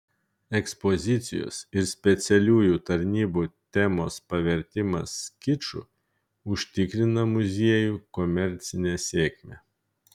ekspozicijos ir specialiųjų tarnybų temos pavertimas kiču užtikrina muziejui komercinę sėkmę